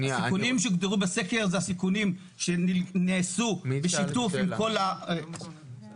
הסיכונים שהוגדרו בסקר הם הסיכונים שנעשו בשיתוף עם כל --- אמנון